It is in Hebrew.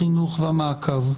החינוך והמעקב.